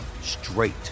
straight